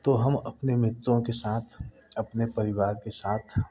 तो हम अपने मित्रों के साथ अपने परिवार के साथ